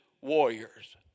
warriors